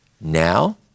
Now